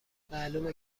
معلومه